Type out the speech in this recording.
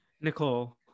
Nicole